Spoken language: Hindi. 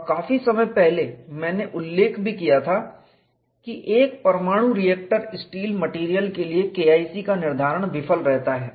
और काफी समय पहले मैंने उल्लेख भी किया था कि एक परमाणु रिएक्टर स्टील मेटेरियल के लिए KIC का निर्धारण विफल रहता है